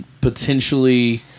potentially